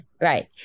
right